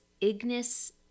Ignis